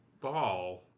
ball